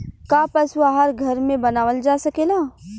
का पशु आहार घर में बनावल जा सकेला?